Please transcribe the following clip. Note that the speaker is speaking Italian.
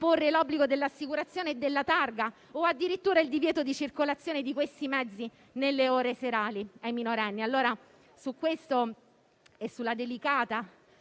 imporre l'obbligo dell'assicurazione e della targa o addirittura il divieto di circolazione di questi mezzi nelle ore serali ai minorenni. Su questo e sulla delicata